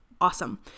awesome